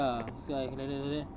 ya so I like that like that